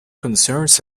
concerns